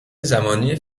زمانی